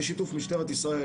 בשיתוף משטרת ישראל,